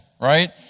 right